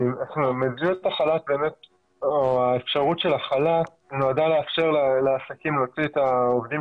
מדיניות החל"ת או האפשרות של החל"ת באמת נועדה לעסקים להוציא את העובדים